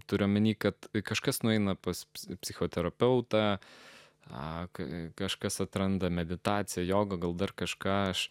turiu omeny kad kažkas nueina pas psichoterapeutą kai kažkas atranda meditaciją jogą gal dar kažką aš